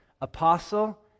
apostle